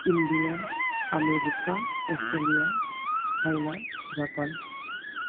India America Australia China Japan